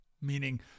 meaning